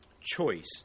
choice